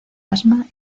asma